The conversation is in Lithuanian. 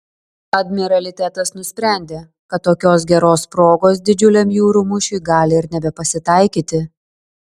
admiralitetas nusprendė kad tokios geros progos didžiuliam jūrų mūšiui gali ir nebepasitaikyti